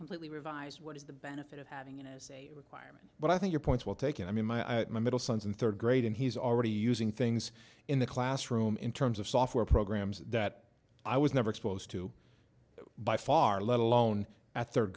completely revised what is the benefit of having it as a requirement but i think your point's well taken i mean my at my middle son's in third grade and he's already using things in the classroom in terms of software programs that i was never exposed to by far let alone at third